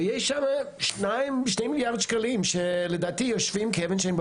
ויש שם שני מיליארד שקלים שלדעתי יושבים כאבן שאין לה